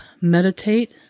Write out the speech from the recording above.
meditate